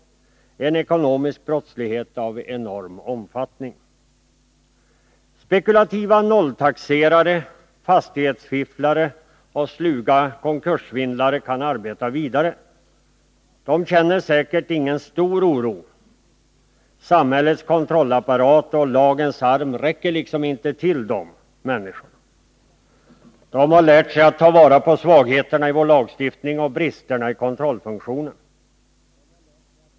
Det är en ekonomisk brottslighet av enorm omfattning. Spekulativa nolltaxerare, fastighetsfifflare och sluga konkurssvindlare kan arbeta vidare. De känner säkert ingen stor oro. Samhällets kontrollapparat och lagens arm räcker inte till dessa människor. De har lärt sig att ta vara på svagheterna i vår lagstiftning och bristerna i kontrollfunktionen.